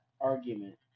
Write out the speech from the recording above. argument